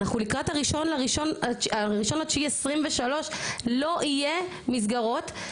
אנחנו לקראת ה- 1.9.2023 לא יהיה מסגרות.